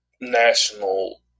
national